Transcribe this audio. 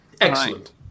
Excellent